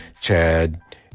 Chad